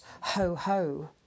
ho-ho